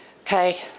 okay